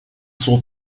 sont